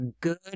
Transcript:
good